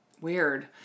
Weird